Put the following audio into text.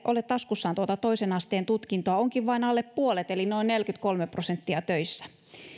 ole taskussaan tuota toisen asteen tutkintoa onkin vain alle puolet eli noin neljäkymmentäkolme prosenttia töissä